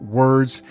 words